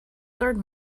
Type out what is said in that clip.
third